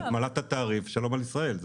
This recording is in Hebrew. את מעלה את התעריף ושלום על ישראל.